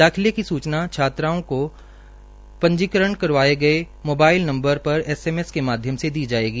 दाखिले की सूचना छात्राओं द्वारा पंजीकृत करवाऐं गए मोबाईल नम्बर पर एसएमएस के माध्यम से दी जाएगी